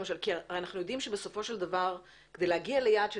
אנחנו יודעים שבסופו של דבר כדי להגיע ליעד של